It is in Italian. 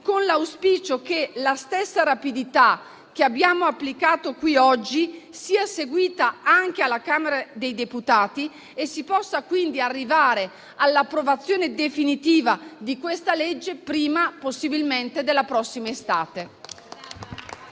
con l'auspicio che la stessa rapidità che abbiamo applicato qui oggi sia seguita anche alla Camera dei deputati e si possa quindi arrivare all'approvazione definitiva di questa legge, possibilmente prima della prossima estate.